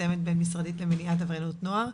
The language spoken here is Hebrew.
מתאמת בין משרדית למניעת עבריינות נוער,